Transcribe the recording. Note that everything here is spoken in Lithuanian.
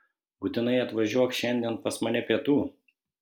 būtinai atvažiuok šiandien pas mane pietų